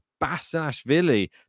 Basashvili